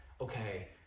Okay